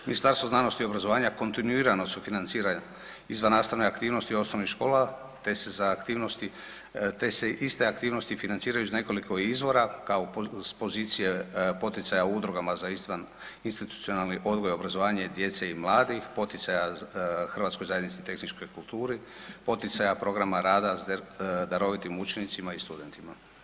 Ministarstvo znanosti i obrazovanja kontinuirano sufinancira izvannastavne aktivnosti u osnovnim školama te se iste aktivnosti financiraju iz nekoliko izvora kao s pozicije poticaja udrugama za izvaninstitucionalni odgoj i obrazovanje djece mladih, poticaja Hrvatskoj zajednici tehničke kulture, poticaja programa rada darovitim učenicima i studentima.